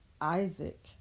Isaac